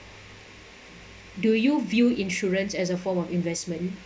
do you view insurance as a form of investment